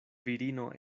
virino